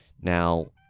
Now